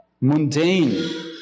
mundane